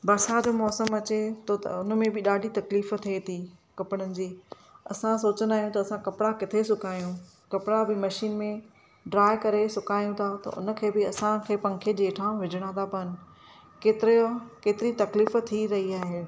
बरसाति जो मौसमु अचे थो त हुन में बि ॾाढी तकलीफ़ु थिए थी कपिड़नि जी असां सोचींदा आहियूं त असां कपिड़ा किथे सुकायूं कपिड़ा बि मशीन में ड्राई करे सुकायूं था त हुनखे बि असां खे पंखे जे हेठां विझिणां था पवनि केतिरी तकलीफ़ु थी रही आहे